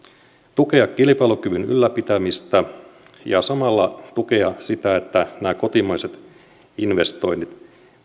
tukea kilpailukyvyn ylläpitämistä ja samalla tukea sitä että nämä kotimaiset investoinnit